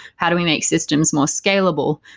how do we make systems more scalable?